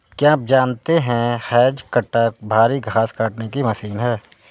क्या आप जानते है हैज कटर भारी घांस काटने की मशीन है